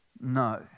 No